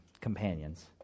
companions